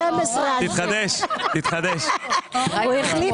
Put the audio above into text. וה-22, כידוע